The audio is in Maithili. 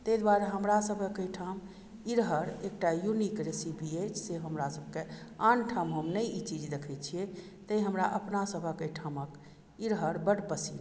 ताहि द्वारे हमरासभक एहिठाम इरहड़ एकटा युनीक रेसीपी अछि जे हमरासभकेँ आनठाम हम नहि ई चीज देखैत छियै तेँ हमरा अपनासभक एहिठामक इरहड़ बड पसिन्न अछि